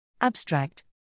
abstract